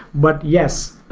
but yes,